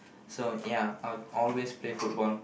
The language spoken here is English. so ya I will always play football